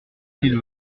qu’il